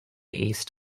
east